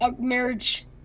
marriage